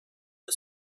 the